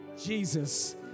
Jesus